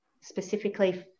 specifically